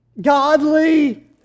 godly